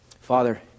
Father